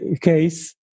case